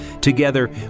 Together